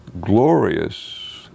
glorious